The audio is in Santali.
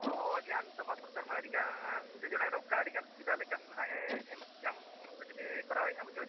ᱦᱮᱸ ᱟᱹᱰᱤ ᱟᱴ ᱥᱚᱨᱠᱟᱨ ᱢᱟ ᱟᱹᱰᱤᱜᱟᱱ ᱡᱳᱡᱚᱱᱟᱭ ᱮᱦᱚᱵ ᱠᱟᱫ ᱟᱹᱰᱤᱜᱟᱱ ᱥᱩᱵᱤᱫᱷᱟ ᱞᱮᱠᱟᱱᱮ ᱧᱟᱢ ᱞᱟᱹᱜᱤᱫ ᱮ ᱠᱚᱨᱟᱣᱮᱫᱼᱟ ᱵᱩᱡᱷᱟᱹᱣ ᱥᱮ